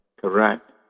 Correct